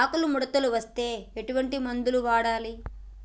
ఆకులు ముడతలు వస్తే ఎటువంటి మందులు వాడాలి?